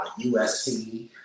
USC